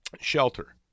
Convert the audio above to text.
shelter